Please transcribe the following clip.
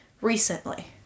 recently